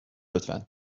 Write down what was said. لطفا